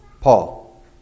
Paul